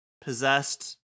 possessed